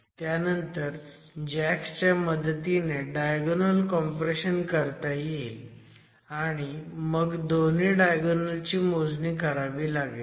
त्यानंतर जॅकच्या मदतीने डायगोनल कॉम्प्रेशन करता येईल आणि मग दोन्ही डायगोनल ची मोजणी करावी लागेल